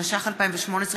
התשע"ח 2018,